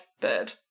bird